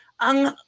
ang